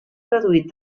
traduït